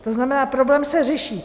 To znamená, problém se řeší.